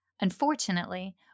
Unfortunately